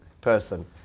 person